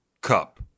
cup